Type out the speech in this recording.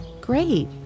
Great